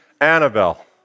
Annabelle